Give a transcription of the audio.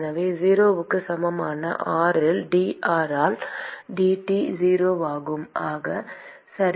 எனவே 0 க்கு சமமான r இல் dr ஆல் dT 0 ஆகும்